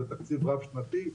זה תקציב רב שנתי.